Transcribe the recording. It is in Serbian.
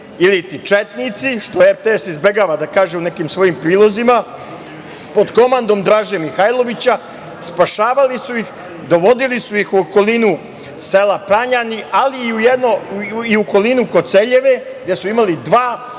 iliti četnici, što RTS izbegava da kaže u nekim svojim prilozima, pod komandom Draže Mihajlovića, spašavali su ih, dovodili su ih u okolinu sela Pranjani, ali i u okolinu Koceljeve, gde su imali dva,